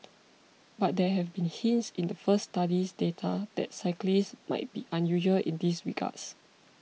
but there had been hints in the first study's data that the cyclists might be unusual in these regards